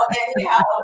Anyhow